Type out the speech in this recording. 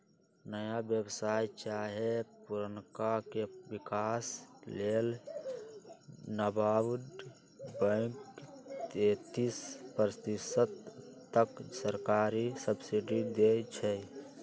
नया व्यवसाय चाहे पुरनका के विकास लेल नाबार्ड बैंक तेतिस प्रतिशत तक सरकारी सब्सिडी देइ छइ